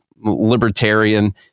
libertarian